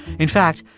in fact,